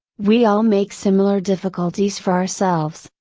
we all make similar difficulties for ourselves,